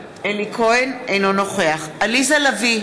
אינו נוכח עליזה לביא,